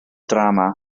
drama